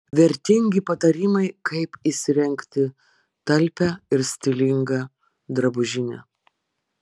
vertingi patarimai kaip įsirengti talpią ir stilingą drabužinę